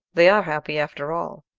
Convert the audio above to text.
they are happy, after all.